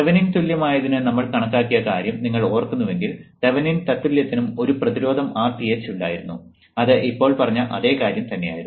Thevenin തുല്യമായതിന് നമ്മൾ കണക്കാക്കിയ കാര്യം നിങ്ങൾ ഓർക്കുന്നുവെങ്കിൽ തെവെനിൻ തത്തുല്യത്തിലും ഒരു പ്രതിരോധം Rth ഉണ്ടായിരുന്നു അത് ഇപ്പോൾ പറഞ്ഞ അതേ കാര്യം തന്നെയായിരുന്നു